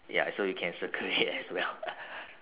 ya so you can circle it as well